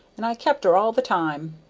and i kept her all the time.